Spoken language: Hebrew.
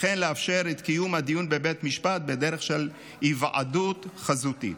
וכן לאפשר את קיום הדיון בבית המשפט בדרך של היוועדות חזותית.